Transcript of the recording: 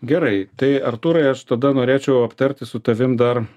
gerai tai artūrai aš tada norėčiau aptarti su tavim dar